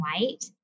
white